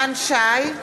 בעד נחמן שי,